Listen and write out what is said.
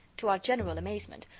to our general amazement,